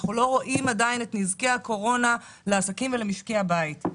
כלומר אנחנו עדיין לא רואים את נזקי הקורונה לעסקים ולמשקי הבית.